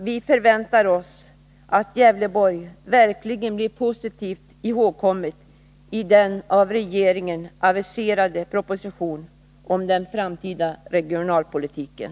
Vi förväntar oss att Gävleborgs län verkligen blir positivt ihågkommet i den av regeringen aviserade propositionen om den framtida regionalpolitiken.